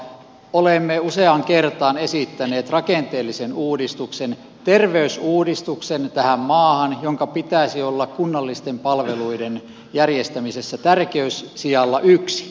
olemme useaan kertaan esittäneet rakenteellisen uudistuksen terveysuudistuksen tähän maahan ja sen pitäisi olla kunnallisten palveluiden järjestämisessä tärkeyssijalla yksi